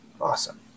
awesome